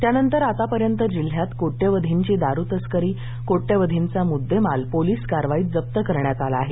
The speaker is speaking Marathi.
त्यानंतर आतापर्यंत जिल्ह्यात कोट्यवधींची दारूतस्करी कोट्यवधींचा मुद्देमाल पोलीस कारवाईत जप्त करण्यात आला आहे